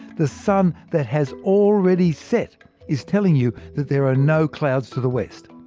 the sun that has already set is telling you that there are no clouds to the west.